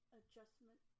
adjustment